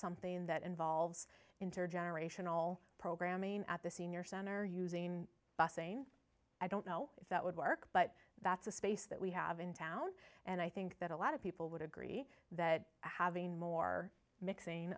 something that involves intergenerational programming at the senior center using busing i don't know if that would work but that's the space that we have in town and i think that a lot of people would agree that having more mixing